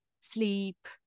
sleep